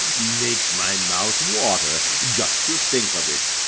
makes my mouth water just to think of it.